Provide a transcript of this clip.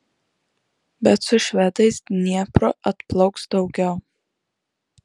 bet su švedais dniepru atplauks daugiau